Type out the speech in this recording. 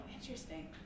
interesting